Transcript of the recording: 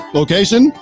location